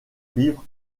cuivre